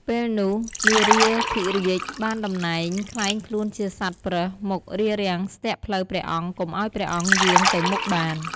ពេលនោះ មារាធិរាជបានដំណែងក្លែងខ្លួនជាសត្វប្រើសមករារាំងស្ទាក់ផ្លូវព្រះអង្គកុំឱ្យព្រះអង្គយាង ទៅមុខបាន។